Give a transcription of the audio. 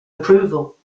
approval